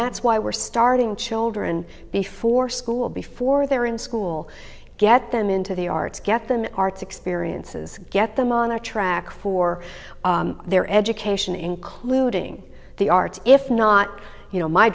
that's why we're starting children before school before they're in school get them into the arts get them arts experiences get them on a track for their education including the arts if not you know my